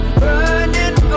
burning